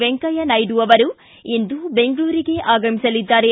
ವೆಂಕಯ್ಯನಾಯ್ದು ಇಂದು ಬೆಂಗಳೂರಿಗೆ ಆಗಮಿಸಲಿದ್ದಾರೆ